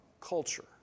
culture